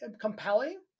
compelling